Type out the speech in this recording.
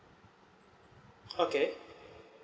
okay